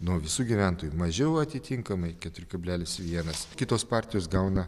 nuo visų gyventojų mažiau atitinkamai keturi kablelis vienas kitos partijos gauna